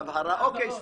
אני